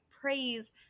praise